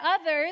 others